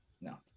No